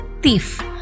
thief